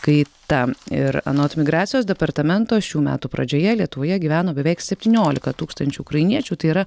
kaita ir anot migracijos departamento šių metų pradžioje lietuvoje gyveno beveik septyniolika tūkstančių ukrainiečių tai yra